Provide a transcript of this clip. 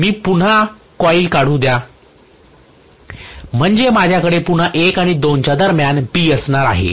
मी पुन्हा कॉइल काढू द्या म्हणजे माझ्याकडे पुन्हा 1 आणि 2 च्या दरम्यान B असणार आहे